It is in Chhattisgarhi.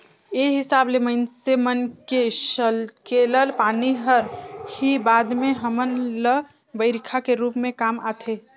ए हिसाब ले माइनसे मन के सकेलल पानी हर ही बाद में हमन ल बईरखा के रूप में काम आथे